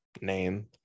name